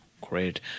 Great